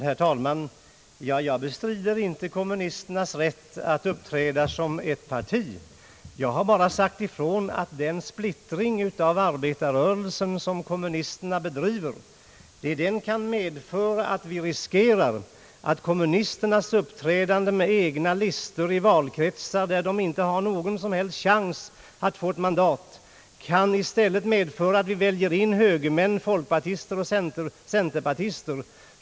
Herr talman! Jag bestrider inte kommunisternas rätt att uppträda som ett parti. Jag har bara sagt ifrån att den splittring av arbetarrörelsen som kommunisterna bedriver kan medföra att vi riskerar att kommunisternas uppträ dande med egna listor i valkretsar där de inte har någon som helst chans att få ett mandat i stället kan medföra att det väljs in högermän, folkpartister och centerpartister.